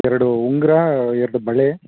ಎರಡು ಉಂಗ್ರ ಎರಡು ಬಳೆ